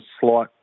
slight